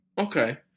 Okay